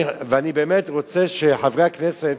ואני באמת רוצה שחברי הכנסת